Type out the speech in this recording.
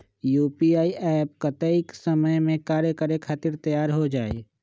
UPI app कतेइक समय मे कार्य करे खातीर तैयार हो जाई?